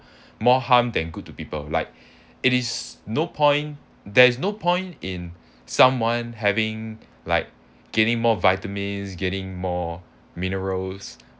more harm than good to people like it is no point there is no point in someone having like getting more vitamins getting more minerals